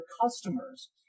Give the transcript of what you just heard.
customers